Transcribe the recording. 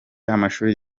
amashuri